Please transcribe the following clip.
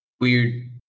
weird